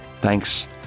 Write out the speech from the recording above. Thanks